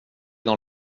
dans